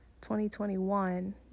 2021